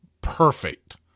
perfect